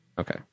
Okay